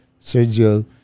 Sergio